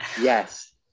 yes